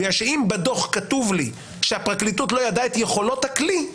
בגלל שאם בדוח כתוב לי שהפרקליטות לא ידעה את יכולות הכלי,